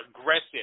aggressive